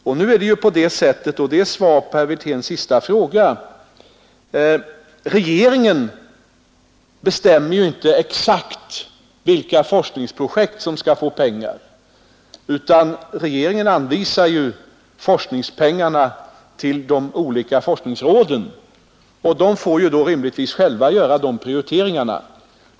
Som svar på herr Wirténs sista fråga kan jag säga: Regeringen bestämmer inte exakt vilka forskningsprojekt som skall få pengar utan regeringen anvisar forskningspengarna till de olika forskningsråden, vilka själva rimligtvis får göra erforderliga prioriteringar.